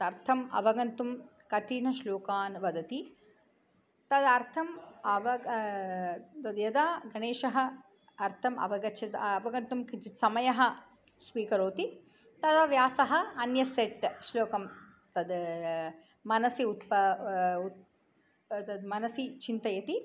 अर्थम् अवगन्तुं कठिनश्लोकान् वदति तदर्थम् अवग तद् यदा गणेशः अर्थम् अवगत्य अवगन्तुं किञ्चित् समयः स्वीकरोति तदा व्यासः अन्य सेट् श्लोकं तद् मनसि उत्पा तद् मनसि चिन्तयति